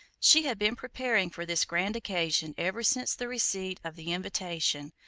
she had been preparing for this grand occasion ever since the receipt of the invitation,